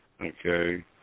Okay